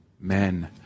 men